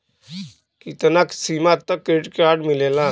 कितना सीमा तक के क्रेडिट कार्ड मिलेला?